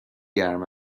گرم